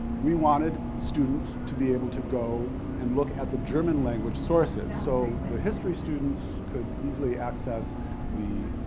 we wanted students to be able to go and look at the german language sources. so, the history students could easily access the,